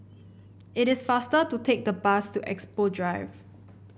it is faster to take the bus to Expo Drive